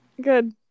Good